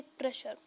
pressure